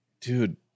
dude